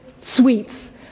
sweets